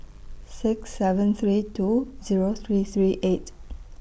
six seven three two Zero three three eight